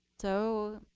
so